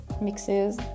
mixes